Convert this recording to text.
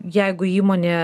jeigu įmonė